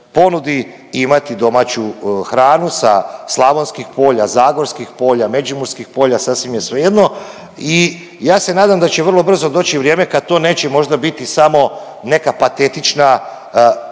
ponudi imati domaću hranu sa slavonskih polja, zagorskih polja, međimurskim polja, sasvim je svejedno i ja se nadam da će vrlo brzo doći vrijeme kad to neće možda biti samo neka patetična